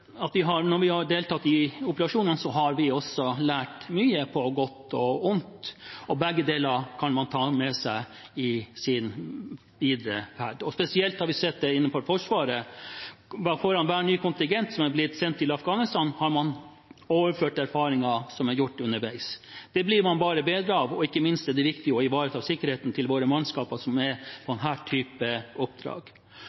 at vi har deltatt i operasjonene, har vi også lært mye, på godt og ondt. Begge deler kan man ta med seg videre. Spesielt har vi sett det innenfor Forsvaret. For hver ny kontingent som er blitt sendt til Afghanistan, har man overført erfaringer som er gjort underveis. Det blir man bare bedre av. Ikke minst er det viktig å ivareta sikkerheten til våre mannskaper som er på